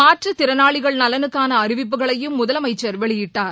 மாற்றுத்திறனாளிகள் நலனுக்கான அறிவிப்புகளையும் முதலமைச்சர் வெளியிட்டார்